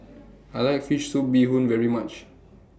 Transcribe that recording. I like Fish Soup Bee Hoon very much